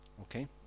Okay